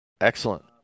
Excellent